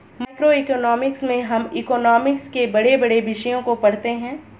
macroeconomics में हम economics के बड़े बड़े विषयों को पढ़ते हैं